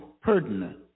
pertinent